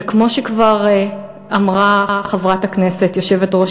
וכמו שכבר אמרה חברת הכנסת יושבת-ראש